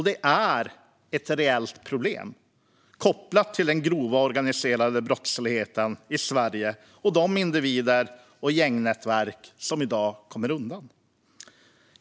Detta är ett reellt problem kopplat till den grova organiserade brottsligheten i Sverige och de individer och gängnätverk som i dag kommer undan.